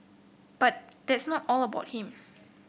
but that's not all about him